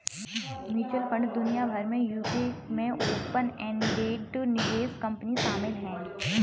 mutual fund दुनिया भर में यूके में ओपन एंडेड निवेश कंपनी शामिल हैं